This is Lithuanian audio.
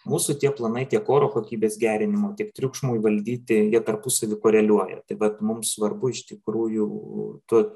mūsų tie planai tiek oro kokybės gerinimo tiek triukšmui valdyti jie tarpusavyje koreliuoja tai vat mums svarbu iš tikrųjų tu